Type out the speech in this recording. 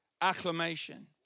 acclamation